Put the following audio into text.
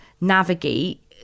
navigate